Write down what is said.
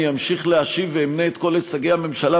אמשיך להשיב ואמנה את כל הישגי הממשלה,